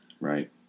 right